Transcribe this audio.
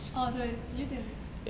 orh 对有点